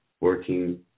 working